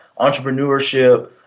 entrepreneurship